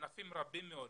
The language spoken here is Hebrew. ענפים רבים מאוד